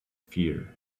fear